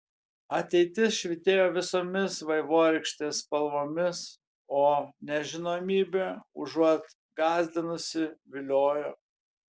ateitis švytėjo visomis vaivorykštės spalvomis o nežinomybė užuot gąsdinusi viliojo